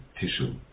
tissue